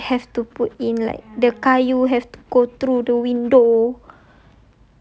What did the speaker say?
effort have to put in like the kayu have to go through the window